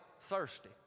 thirsty